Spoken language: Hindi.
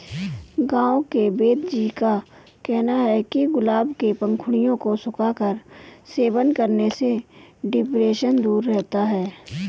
गांव के वेदजी का कहना है कि गुलाब के पंखुड़ियों को सुखाकर सेवन करने से डिप्रेशन दूर रहता है